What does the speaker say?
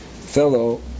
fellow